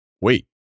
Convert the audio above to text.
wait